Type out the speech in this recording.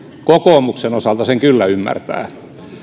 kokoomuksen osalta sen kyllä ymmärtää